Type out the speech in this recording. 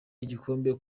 igikombe